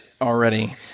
already